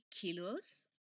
kilos